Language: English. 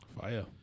fire